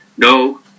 No